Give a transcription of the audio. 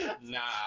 Nah